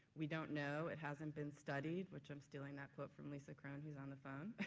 we don't know, it hasn't been studied, which i'm stealing that quote from lisa croen who's on the phone,